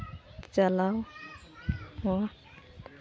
ᱪᱟᱞᱟᱣ ᱠᱚᱣᱟ